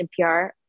NPR